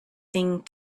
thing